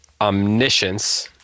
omniscience